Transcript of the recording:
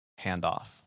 handoff